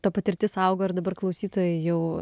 ta patirtis augo ir dabar klausytojai jau